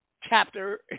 chapter